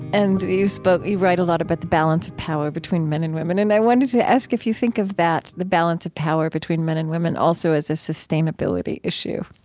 and you so you write a lot about the balance of power between men and women. and i wanted to ask if you think of that, the balance of power between men and women, also as a sustainability issue?